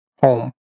home